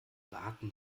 waten